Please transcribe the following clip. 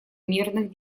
мирных